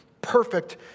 perfect